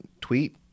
tweet